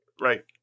Right